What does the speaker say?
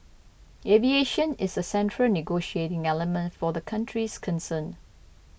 aviation is a central negotiating element for the countries concerned